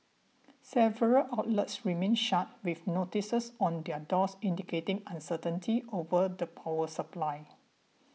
several outlets remained shut with notices on their doors indicating uncertainty over the power supply